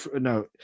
no